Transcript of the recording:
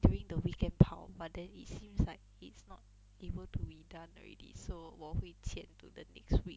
during the weekend 跑 but then it seems like it's not able to be done already so 我会欠 to the next week